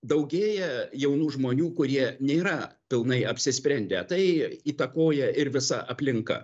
daugėja jaunų žmonių kurie nėra pilnai apsisprendę tai įtakoja ir visa aplinka